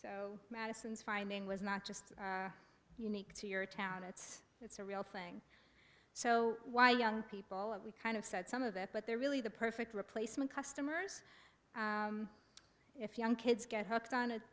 so madison's finding was not just unique to your town it's it's a real thing so why young people and we kind of said some of that but they're really the perfect replacement customers if young kids get hooked on it